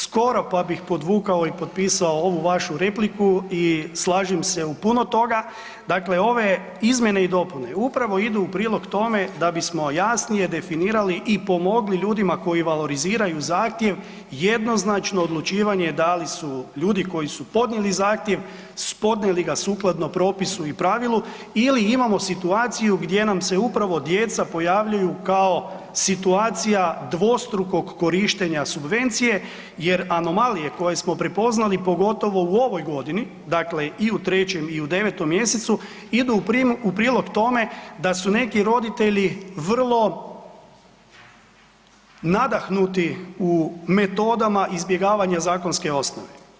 Skoro pa bih podvukao i potpisao ovu vašu repliku i slažem se u puno toga, dakle ove izmjene i dopune upravo idu u prilog tome da bismo jasnije definirali i pomogli ljudima koji valoriziraju zahtjev jednoznačno odlučivanje da li su ljudi koji su podnijeli zahtjev podnijeli ga sukladno propisu ili pravilu ili imamo situaciju gdje nam se upravo djeca pojavljuju kao situacija dvostrukog korištenja subvencije jer anomalije koje smo prepoznali, pogotovo u ovoj godini, dakle i u 3. i u 9. mjesecu idu u prilog tome da su neki roditelji vrlo nadahnuti u metodama izbjegavanja zakonske osnove.